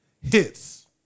hits